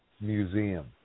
museum